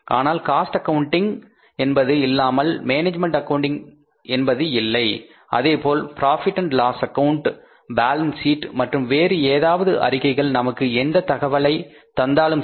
ஆனால் cost accounting என்பது இல்லாமல் மேனேஜ்மென்ட் அக்கவுண்டிங் என்பது இல்லை அதேபோல profit and loss account balance sheet மற்றும் வேறு ஏதாவது அறிக்கைகள் நமக்கு எந்த தகவலை தந்தாலும் சரி